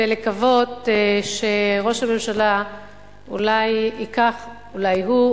ולקוות שראש הממשלה אולי ייקח אולי הוא,